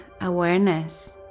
awareness